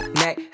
neck